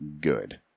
good